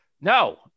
No